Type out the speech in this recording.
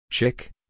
Chick